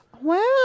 Wow